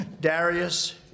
Darius